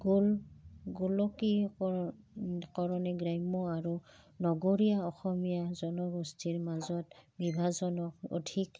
গোল গোলকীয়কৰণ কৰণে গ্ৰাম্য আৰু নগৰীয়া অসমীয়া জনগোষ্ঠীৰ মাজত বিভাজনক অধিক